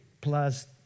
Plus